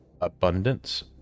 abundance